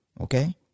Okay